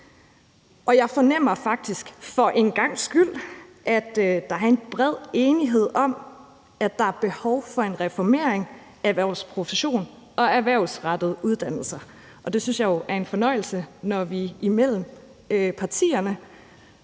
og jeg fornemmer faktisk, at der for en gangs skyld er en bred enighed om, at der er behov for en reformering af vores professions- og erhvervsrettede uddannelser. Der synes jeg jo, at det er en fornøjelse, når vi på tværs af partierne